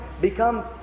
becomes